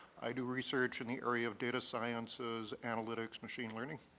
i do research in the area of data sciences, analytics, machine learning.